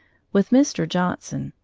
with mr. johnson,